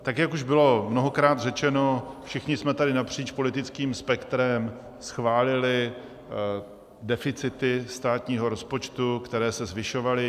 Tak jak už bylo mnohokrát řečeno, všichni jsme tady napříč politickým spektrem schválili deficity státního rozpočtu, které se zvyšovaly.